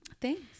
thanks